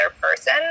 person